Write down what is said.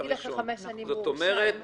זאת אומרת,